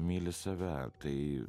myli save tai